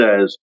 says